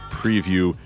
preview